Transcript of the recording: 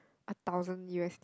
a thousand U_S